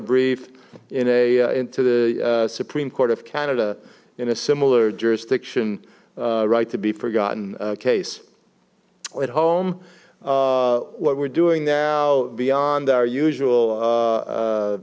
brief in a into the supreme court of canada in a similar jurisdiction right to be forgotten case at home what we're doing now beyond our usual